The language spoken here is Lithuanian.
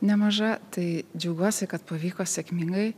nemaža tai džiaugiuosi kad pavyko sėkmingai